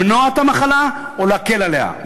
למנוע את המחלה או להקל עליה.